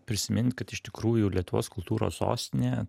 prisimint kad iš tikrųjų lietuvos kultūros sostinė